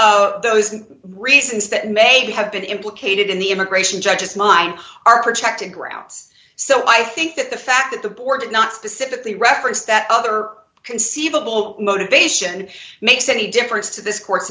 those those reasons that may have been implicated in the immigration judges mine are protected grounds so i think that the fact that the board did not specifically referenced that other conceivable motivation makes any difference to this cour